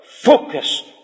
focus